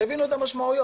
תבינו את המשמעות.